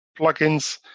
plugins